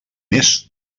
més